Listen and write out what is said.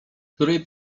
której